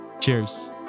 Cheers